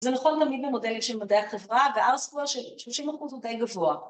‫זה נכון תמיד במודלים של מדעי החברה, ‫ו-R square של 30% הוא די גבוה.